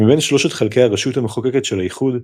מבין שלושת חלקי הרשות המחוקקת של האיחוד,